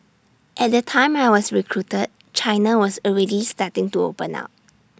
at the time I was recruited China was already starting to open up